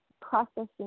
processing